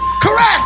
Correct